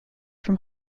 from